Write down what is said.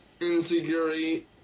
insecurity